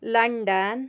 London